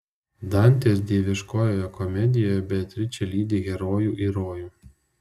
dantės dieviškoje komedijoje beatričė lydi herojų į rojų